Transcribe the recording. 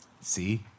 See